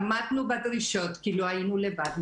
עמדנו בדרישות כי לא היינו לבד.